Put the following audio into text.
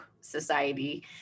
society